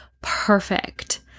perfect